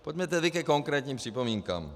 Pojďme tedy ke konkrétním připomínkám.